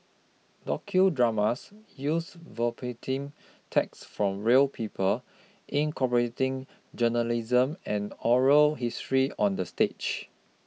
docudramas use verbatim text from real people incorporating journalism and oral history on the stage